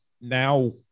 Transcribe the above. now